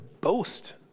boast